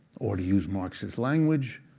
or to use marx's language,